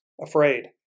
afraid